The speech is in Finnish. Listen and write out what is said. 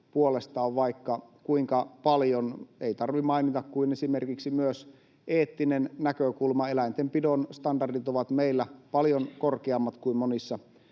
puolesta on vaikka kuinka paljon. Ei tarvitse mainita kuin esimerkiksi eettinen näkökulma. Eläintenpidon standardit ovat meillä paljon korkeammat kuin monissa